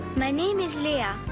my name is lia,